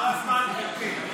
נגמר הזמן, גברתי.